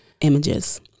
images